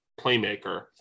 playmaker